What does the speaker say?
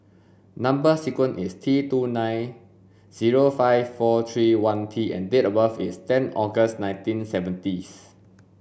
number sequence is T two nine zero five four three one T and date of birth is ten August nineteen seventyth